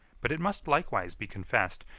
but it must likewise be confessed,